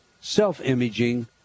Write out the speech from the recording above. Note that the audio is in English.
self-imaging